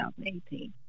2018